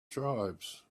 tribes